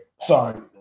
Sorry